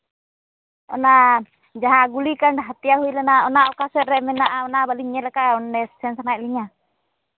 ᱚᱱᱟ ᱡᱟᱦᱟᱸ ᱜᱩᱞᱤ ᱠᱟᱱ ᱦᱟᱹᱴᱭᱟᱹ ᱦᱩᱭ ᱞᱮᱱᱟ ᱚᱱᱟ ᱚᱠᱟ ᱥᱮᱜ ᱨᱮ ᱢᱮᱱᱟᱜᱼᱟ ᱚᱱᱟ ᱵᱟᱹᱞᱤᱧ ᱧᱮᱞ ᱠᱟᱜᱼᱟ ᱚᱸᱰᱮ ᱥᱮᱱ ᱥᱟᱱᱟᱭᱮᱜ ᱞᱤᱧᱟᱹ